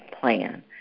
plan